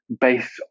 based